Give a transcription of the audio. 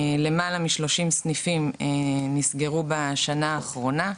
למעלה מ-30 סניפים נסגרו בשנה האחרונה.